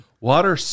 water